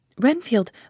Renfield